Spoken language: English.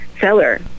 seller